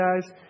guys